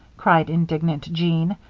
cried indignant jean,